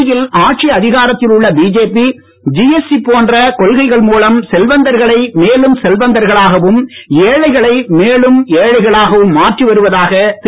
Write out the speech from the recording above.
மத்தியில் ஆட்சி அதிகாரத்தில்ள உள்ள பிஜேபி ஜிஎஸ்டி போன்ற கொள்கைகள் மேலும் செல்வந்தர்களாகவும் ஏழைகளை மேலும் ஏழைகளாவும் மாற்றி வருவதாக திரு